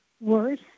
worse